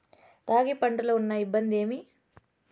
రాగి పంటలో ఉన్న ఇబ్బంది ఏమి?